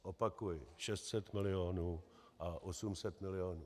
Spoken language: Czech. Opakuji 600 milionů a 800 milionů.